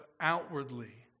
outwardly